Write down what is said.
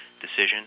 decision